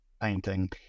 painting